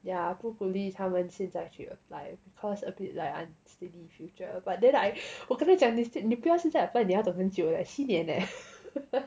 ya 不鼓励他们现在去 apply because a bit like unsteady future but then 我跟你讲你不要现在 apply 你要等很久 leh 七年 leh